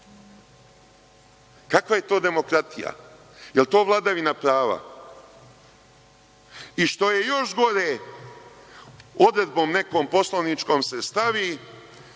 Kakva je to demokratija, jel to vladavina prava? I što je još gore, odredbom nekom Poslovničkom se stavi